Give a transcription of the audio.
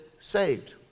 saved